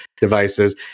devices